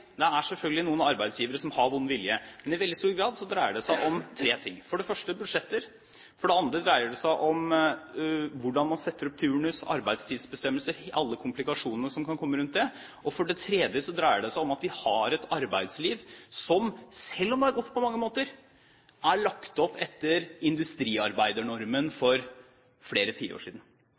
men i veldig stor grad dreier det seg om tre ting: For det første dreier det seg om budsjetter. For det andre dreier det seg om hvordan man setter opp turnus og arbeidstidsbestemmelser, alle komplikasjonene som kan komme rundt det. Og for det tredje dreier det seg om at vi har et arbeidsliv som, selv om det er godt på mange måter, er lagt opp etter industriarbeidernormen for flere tiår siden.